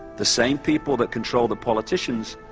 the same people that control the politicians,